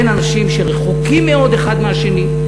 בין אנשים שרחוקים מאוד אחד מהשני,